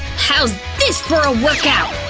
how's this for a workout!